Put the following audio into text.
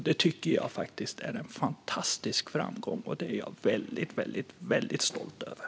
Det tycker jag faktiskt är en fantastisk framgång, och den är jag väldigt stolt över.